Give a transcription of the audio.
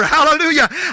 Hallelujah